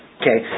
okay